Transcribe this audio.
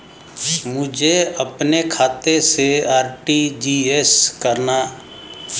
मुझे अपने खाते से आर.टी.जी.एस करना?